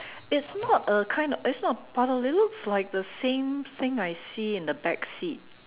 it's not a kind it's not puddle but it looks like the same same I see in the back seat